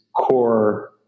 core